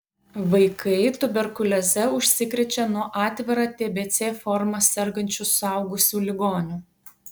vaikai tuberkulioze užsikrečia nuo atvira tbc forma sergančių suaugusių ligonių